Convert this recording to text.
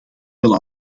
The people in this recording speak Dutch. wel